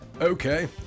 Okay